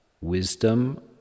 Wisdom